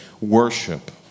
worship